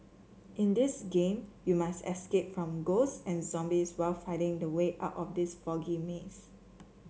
in this game you must escape from ghosts and zombies while finding the way out of this foggy maze